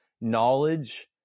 knowledge